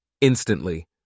Instantly